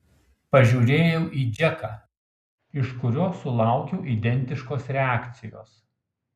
pažiūrėjau į džeką iš kurio sulaukiau identiškos reakcijos